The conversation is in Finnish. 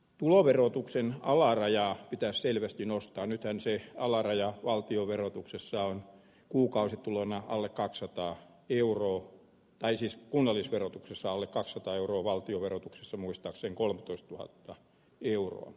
tuloverotuksen alarajaa pitää selvästi nostaa nyt ensin alarajaa valtionverotuksessa on kuukausitulona alle katsotaan juro tai siis kunnallisverotuksessa likka sata euroa valtionverotuksessa muistaakseni kolmetoistatuhatta euroa